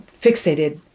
fixated